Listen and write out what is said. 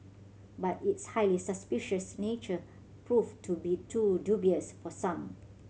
but its highly suspicious nature proved to be too dubious for some